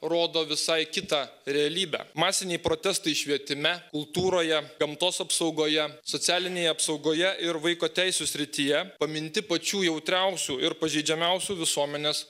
rodo visai kitą realybę masiniai protestai švietime kultūroje gamtos apsaugoje socialinėje apsaugoje ir vaiko teisių srityje paminti pačių jautriausių ir pažeidžiamiausių visuomenės